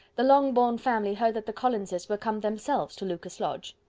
the longbourn family heard that the collinses were come themselves to lucas lodge.